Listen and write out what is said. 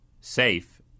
safe